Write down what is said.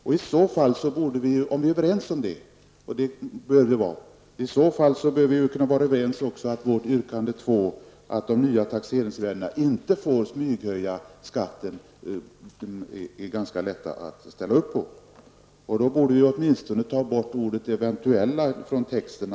Om vi är överens om det, och det bör vi vara, då bör vi också vara överens om vårt yrkande nr 2, att de nya taxeringsvärdena inte får smyghöja skatten. Det bör vara lätt att ställa upp på det. Därmed bör åtminstone ordet ''eventuella'' utgå ur texten.